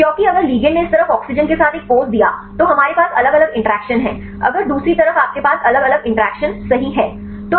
सही क्योंकि अगर लिगैंड ने इस तरफ ऑक्सीजन के साथ एक पोज़ दिया तो हमारे पास अलग अलग इंटरैक्शन हैं अगर दूसरी तरफ आपके पास अलग अलग इंटरैक्शन सही हैं